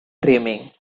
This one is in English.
dreaming